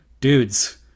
dudes